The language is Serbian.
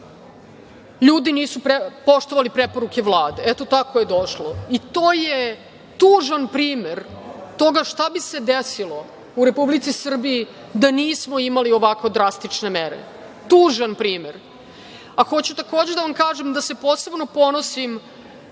ljudi nisu poštovali preporuke Vlade, eto tako je došlo. To je tužan primer toga šta bi se desilo u Republici Srbiji da nismo imali ovako drastične mere. Tužan, primer. Hoću takođe da vam kažem da se posebno ponosim